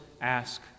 ask